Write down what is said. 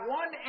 one